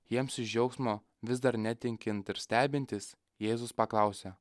jiems iš džiaugsmo vis dar netikint ir stebintis jėzus paklausė